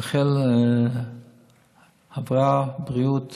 ולאחל הרבה בריאות